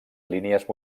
línies